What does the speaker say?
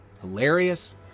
hilarious